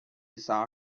saw